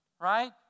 right